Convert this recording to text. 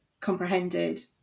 comprehended